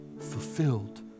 fulfilled